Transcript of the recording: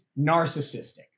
narcissistic